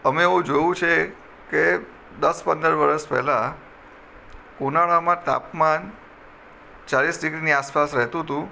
અમે એવું જોયું છે કે દસ પંદર વરસ પહેલાં ઉનાળામાં તાપમાન ચાલીસ ડિગ્રીની આસપાસ રહેતું હતું